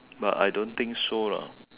but I don't think so lah